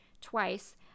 twice